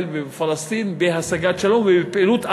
ובפלסטין בהשגת שלום ובפעילות אמיתית,